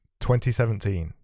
2017